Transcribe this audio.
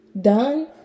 done